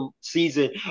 season